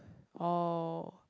oh